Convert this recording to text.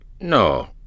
No